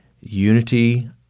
unity